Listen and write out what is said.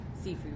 seafood